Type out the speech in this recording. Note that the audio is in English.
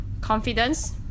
confidence